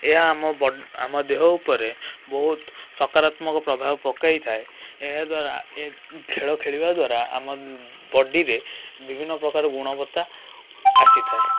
ଏହା ଆମ ବ ଆମ ଦେହ ଉପରେ ବହୁତ ସକାରାତ୍ମକ ପ୍ରଭାବ ପକାଇଥାଏ ଏହାଦ୍ଵାରା ଏ ଖେଳ ଖେଳିବା ଦ୍ଵାରା ଆମ ବଡ଼ିରେ ବିଭିନ୍ନପ୍ରକାର ଗୁଣବତ୍ତା ଆସିଥାଏ